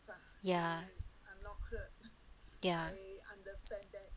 ya ya